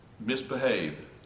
misbehave